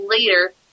later